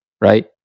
right